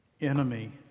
enemy